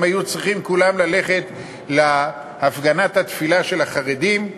הם היו צריכים כולם ללכת להפגנת התפילה של החרדים,